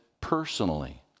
personally